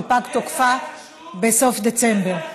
שפג תוקפה בסוף דצמבר.